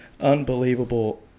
unbelievable